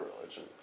religion